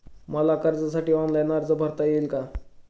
मला कर्जासाठी ऑनलाइन अर्ज भरता येईल का?